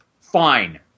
Fine